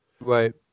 Right